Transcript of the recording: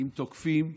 אם תוקפים,